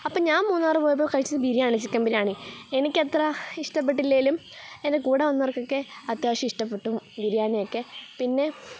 അപ്പോൾ ഞാൻ മൂന്നാർ പോയപ്പോൾ കഴിച്ചത് ബിരിയാണി ചിക്കൻ ബിരിയാണി എനിക്ക് അത്ര ഇഷ്ടപ്പെട്ടില്ലെങ്കിലും എൻ്റെ കൂടെ വന്നവർക്കൊക്കെ അത്യാവശ്യം ഇഷ്ടപ്പെട്ടു ബിരിയാണി ഒക്കെ പിന്നെ